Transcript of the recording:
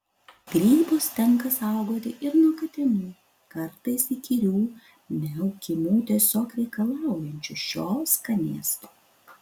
grybus tenka saugoti ir nuo katinų kartais įkyriu miaukimu tiesiog reikalaujančių šio skanėsto